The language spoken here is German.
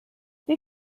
wie